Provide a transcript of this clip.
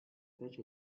fece